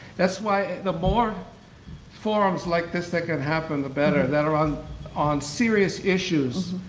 that's why the more forums like this that can happen the better, that are on on serious issues.